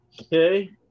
Okay